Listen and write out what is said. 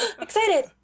Excited